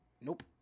Nope